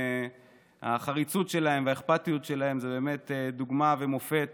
החריצות שלהם והאכפתיות שלהם הן באמת דוגמה ומופת